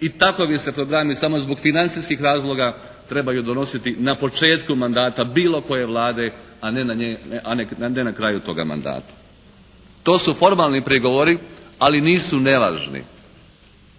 i …/Govornik se ne razumije./… samo zbog financijskih razloga trebaju donositi na početku mandata bilo koje Vlade, a ne na kraju toga mandata. To su formalni prigovori, ali nisu nevažni.